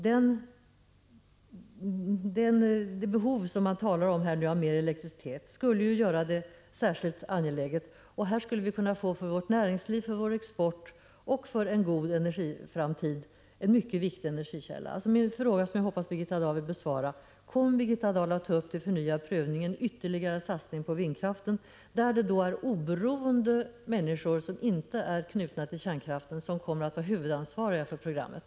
Det behov av mer elektricitet som man nu talar om skulle göra det särskilt angeläget. Här skulle vi kunna få en för vårt näringsliv, för vår export och för en god energiframtid mycket viktig energikälla. Min fråga, som jag hoppas Birgitta Dahl vill besvara, är alltså: Kommer Birgitta Dahl att ta upp till förnyad prövning en ytterligare satsning på vindkraften där oberoende människor, som inte är knutna till kärnkraften, har huvudansvaret för programmet?